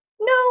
no